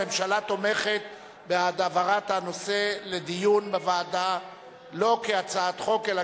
הממשלה תומכת בהעברת הנושא לדיון בוועדה לא כהצעת חוק אלא